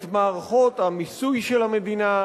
את מערכות המיסוי של המדינה,